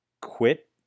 quit